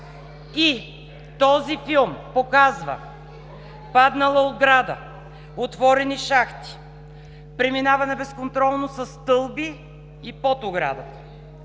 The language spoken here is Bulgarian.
и този филм показва паднала ограда, отворени шахти, преминаване безконтролно със стълби и под оградата.